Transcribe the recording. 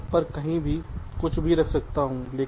मैं चिप पर कहीं भी कुछ भी रख सकता हूं